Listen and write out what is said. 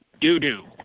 doo-doo